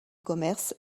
commerce